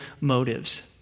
motives